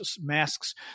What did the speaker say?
masks